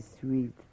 sweet